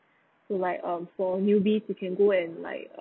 to like um for newbies you can go and like uh